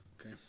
Okay